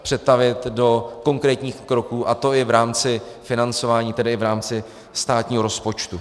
Přetavit do konkrétních kroků, a to i v rámci financování, tedy i v rámci státního rozpočtu.